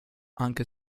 anche